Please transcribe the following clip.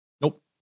Nope